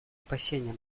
опасения